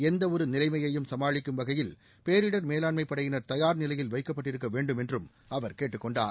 எந்தவொரு நிலைமையையும் சமாளிக்கும் வகையில் பேரிடர் மேலான்மை படையினர் தயார்நிலையில் வைக்கப்பட்டிருக்க வேண்டும் என்றும் அவர் கேட்டுக் கொண்டார்